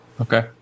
Okay